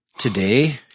Today